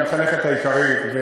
שהיא המחנכת העיקרית,